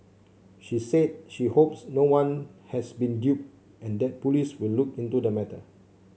she said she hopes no one has been duped and that police will look into the matter